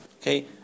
Okay